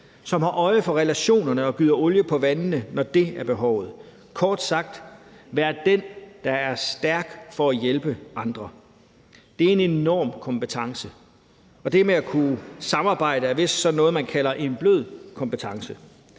som har øje for relationerne og gyder olie på vandene, når det er behovet; den, der kort sagt er god til at være stærk for at hjælpe andre. Det er en enorm kompetence. Og det med at kunne samarbejde er vist sådan noget, man kalder en blød kompetence,